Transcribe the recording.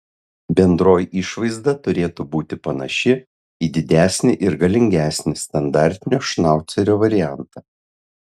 bendroji išvaizda turėtų būti panaši į didesnį ir galingesnį standartinio šnaucerio variantą